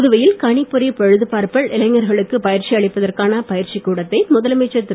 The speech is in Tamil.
புதுவையில் கணிப்பொறிப் பழுதுபார்ப்பில் இளைஞர்களுக்கு பயிற்சி அளிப்பதற்கான பயிற்சி கூடத்தை முதலமைச்சர் திரு